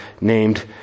named